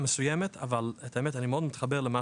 מסוימת אבל את האמת אני מאוד מתחבר לדברים